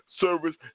service